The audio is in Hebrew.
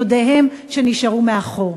דודיהם שנשארו מאחור.